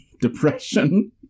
depression